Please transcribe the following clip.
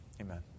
Amen